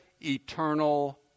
eternal